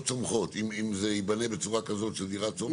צומחות אם זה ייבנה בצורה כזאת של דירה צומחת.